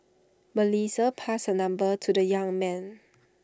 Melissa passed her number to the young man